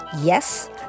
Yes